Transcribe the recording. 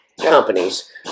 companies